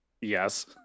Yes